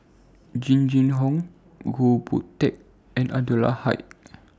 Jing Jun Hong Goh Boon Teck and Anwarul Haque